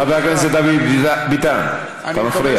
חבר הכנסת דוד ביטן, אתה מפריע.